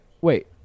wait